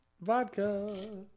Vodka